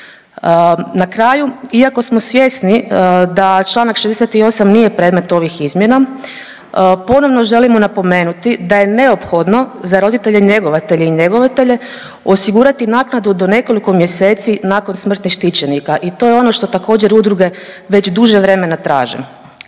Na kraju iako smo svjesni da čl. 68. nije predmet ovih izmjena ponovno želimo napomenuti da je neophodno za roditelje njegovatelje i njegovatelje osigurati naknadu do nekoliko mjeseci nakon smrti štićenika i to je ono što također udruge već duže vremena traže.